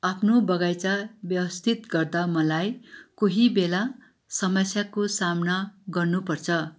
आफ्नो बगैँचा व्यवस्थित गर्दा मलाई कोही बेला समस्याको सामना गर्नुपर्छ